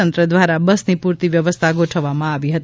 તંત્ર દ્વારા બસની પૂરતી વ્યવસ્થા ગોઠવવામાં આવી હતી